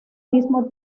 mismo